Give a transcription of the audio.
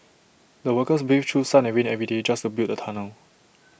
the workers braved through sun and rain every day just to build the tunnel